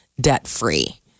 debt-free